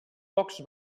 pocs